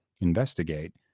investigate